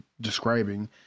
describing